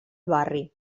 barri